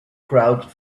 crowd